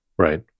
Right